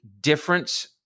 difference